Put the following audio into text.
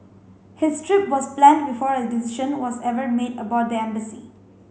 his trip was planned before a decision was ever made about the embassy